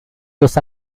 dos